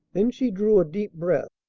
then she drew a deep breath,